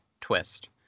twist